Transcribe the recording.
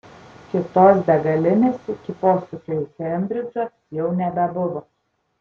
kitos degalinės iki posūkio į kembridžą jau nebebuvo